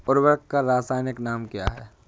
उर्वरक का रासायनिक नाम क्या है?